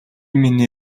миний